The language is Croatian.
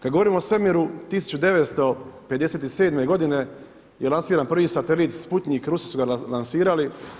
Kad govorimo o svemiru 1957. godine je lansiran prvi satelit Sputnjik, Rusi su ga lansirali.